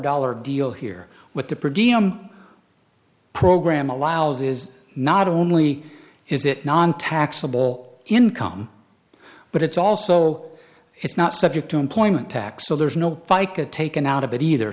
dollar deal here with the previous program allows is not only is it nontaxable income but it's also it's not subject to employment tax so there's no fica taken out of it either